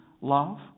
love